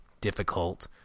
difficult